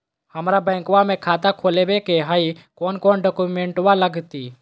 हमरा बैंकवा मे खाता खोलाबे के हई कौन कौन डॉक्यूमेंटवा लगती?